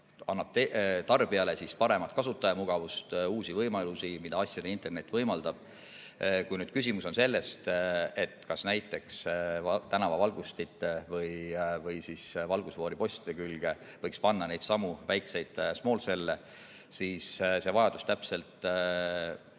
annab tarbijale suurema kasutajamugavuse ja uued võimalused, mida asjade internet võimaldab. Kui küsimus on selles, kas näiteks tänavavalgustite või valgusfooripostide külge võiks panna neidsamu väikseidsmall cell'e, siis see vajadus täpselt